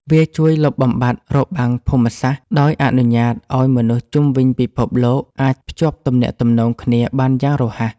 វាជួយលុបបំបាត់របាំងភូមិសាស្ត្រ ដោយអនុញ្ញាតឱ្យមនុស្សជុំវិញពិភពលោកអាចភ្ជាប់ទំនាក់ទំនងគ្នាបានយ៉ាងរហ័ស។